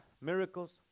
miracles